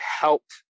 helped